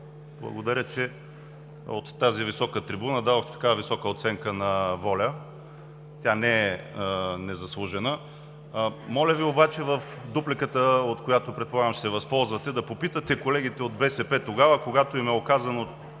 благодаря, че от тази висока трибуна дадохте такава висока оценка на ВОЛЯ. Тя не е незаслужена. Моля Ви обаче в дупликата, от която предполагам, че ще се възползвате, да попитате колегите от БСП тогава, когато им е оказвана